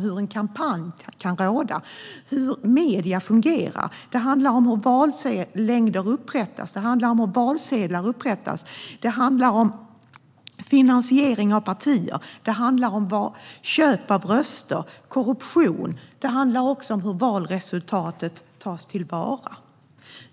hur en kampanj bedrivs och om hur medierna fungerar. Det handlar om hur vallängder upprättas. Det handlar om hur valsedlar upprättas. Det handlar om finansiering av partier. Det handlar om köp av röster, om korruption. Det handlar också om hur valresultatet tas till vara.